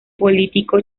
político